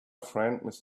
friend